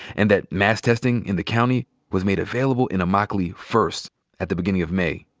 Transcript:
and that mass testing in the county was made available in immokalee first at the beginning of may.